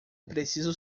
preciso